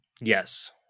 Yes